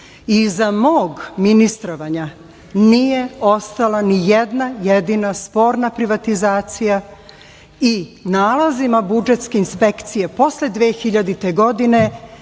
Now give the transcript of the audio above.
I za mog ministrovanja nije ostala ni jedna jedina sporna privatizacija. Nalazima budžetske inspekcije posle 2000. godine